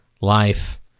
Life